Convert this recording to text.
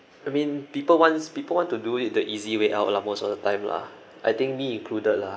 I mean people wants people want to do it the easy way out lah most of the time lah I think me included lah